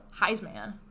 Heisman